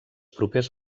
propers